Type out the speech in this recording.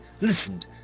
listened